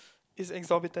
is exorbitant